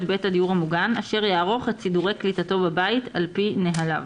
בית הדיור המוגן אשר יערוך את סידורי קליטתו בבית על פיו נהליו.